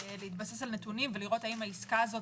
להתבסס על נתונים, ולראות האם העסקה הזאת